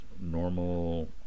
normal